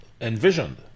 envisioned